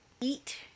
eat